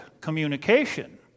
communication